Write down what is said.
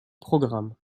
programme